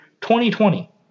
2020